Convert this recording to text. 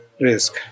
risk